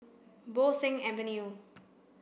Bo Seng Avenue